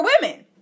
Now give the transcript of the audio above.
women